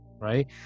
right